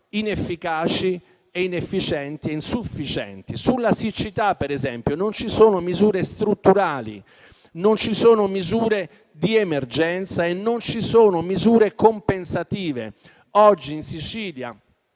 inefficaci, inefficienti e insufficienti. Sulla siccità, per esempio, non ci sono misure strutturali, non ci sono misure di emergenza e non ci sono misure compensative. Oggi in Sicilia